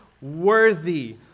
Worthy